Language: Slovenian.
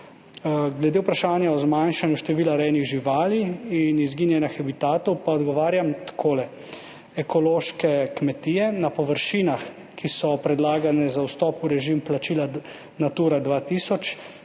Glede vprašanja o zmanjšanju števila rejnih živali in izginjanju habitatov pa odgovarjam takole. Ekološke kmetije na površinah, ki so predlagane za vstop v režim plačila Natura 2000,